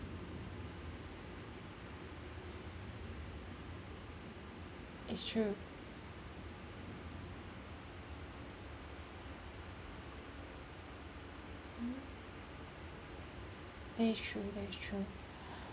it's true mm that is true that is true